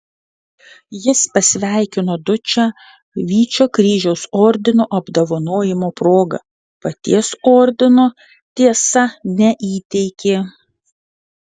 jis pasveikino dučę vyčio kryžiaus ordino apdovanojimo proga paties ordino tiesa neįteikė